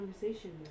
conversation